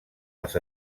les